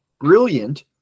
brilliant